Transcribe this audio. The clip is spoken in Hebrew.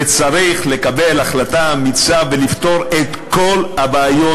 וצריך לקבל החלטה אמיצה ולפתור את כל הבעיות